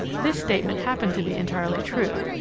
this statement happened to be entirely true,